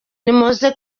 nimuze